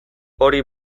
hori